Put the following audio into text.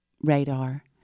radar